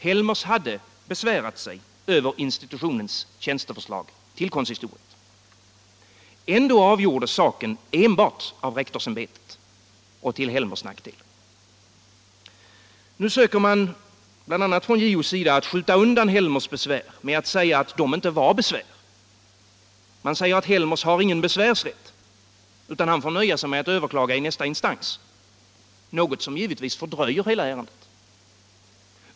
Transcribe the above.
Helmers hade besvärat sig över institutionens tjänsteförslag till konsistoriet. Ändå avgjordes saken enbart av rektorsämbetet — och till Helmers nackdel. Nu söker man bl.a. från JO:s sida skjuta undan Helmers besvär med att säga att det inte var besvär. Man gör gällande att Helmers inte har någon besvärsrätt utan får nöja sig med att överklaga i nästa instans — något som givetvis fördröjer hela ärendet.